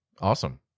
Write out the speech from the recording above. Awesome